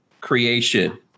creation